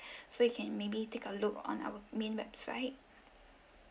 so you can maybe take a look on our main website